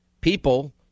people